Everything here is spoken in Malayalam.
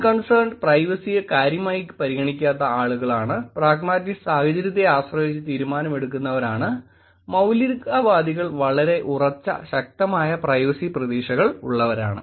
അൺകൺസേൺഡ് പ്രൈവ സിയെ കാര്യമായി പരിഗണിക്കാത്ത ആളുകളാണ് പ്രാഗ്മാറ്റിസ്റ്റ് സാഹചര്യത്തെ ആശ്രയിച്ച് തീരുമാനമെടുക്കുന്നവരാണ് മൌലികവാദികൾ വളരെ ഉറച്ച ശക്തമായ പ്രൈവസി പ്രതീക്ഷകൾ ഉള്ളവരാണ്